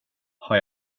har